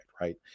Right